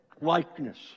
likeness